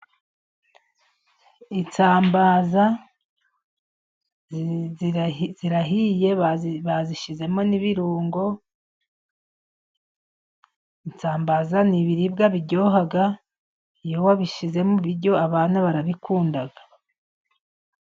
Isambaza zirahiye bazishyizemo n'ibirungo .Isambaza ni ibiribwa biryoha ,iyo wabishyize mu biryo ,abana barabikunda.